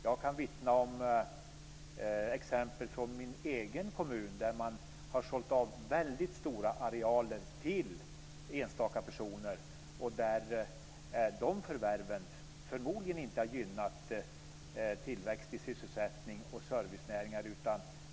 Jag har exempel från min egen kommun, där man har sålt av väldigt stora arealer till enstaka personer. De förvärven har förmodligen inte givit tillväxt eller sysselsättning i servicenäringar.